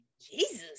Jesus